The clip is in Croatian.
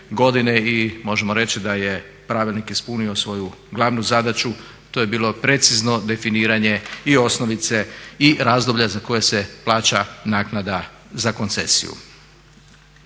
i možemo reći da je pravilnik ispunio svoju glavnu zadaću to je bilo precizno definiranje i osnovice i razdoblja za koje se plaća naknada za koncesiju.